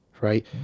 Right